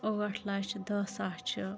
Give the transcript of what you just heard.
ٲٹھ لَچھ دَہ ساس چھِ